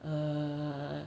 err